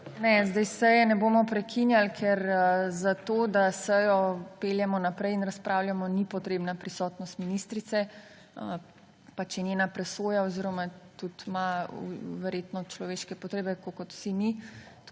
Ne, zdaj seje ne bomo prekinjali, ker za to, da sejo peljemo naprej in razpravljamo, ni potrebna prisotnost ministrice. Pač je njena presoja oziroma tudi ima verjetno človeške potrebe, tako kot vsi mi.